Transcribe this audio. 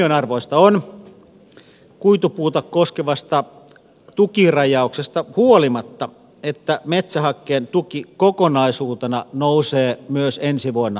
huomionarvoista on kuitupuuta koskevasta tukirajauksesta huolimatta että metsähakkeen tuki kokonaisuutena nousee myös ensi vuonna merkittävästi